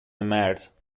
مرز